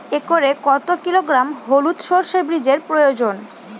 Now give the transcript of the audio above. একরে কত কিলোগ্রাম হলুদ সরষে বীজের প্রয়োজন?